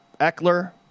Eckler